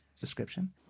description